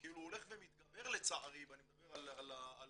הוא הולך ומתגבר לצערי ואני מדבר על המצב,